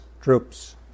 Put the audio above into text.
troops